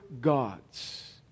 gods